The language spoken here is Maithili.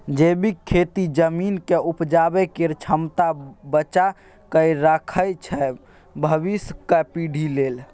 जैबिक खेती जमीनक उपजाबै केर क्षमता बचा कए राखय छै भबिसक पीढ़ी लेल